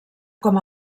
com